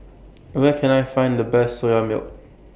Where Can I Find The Best Soya Milk